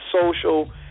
social